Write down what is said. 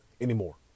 anymore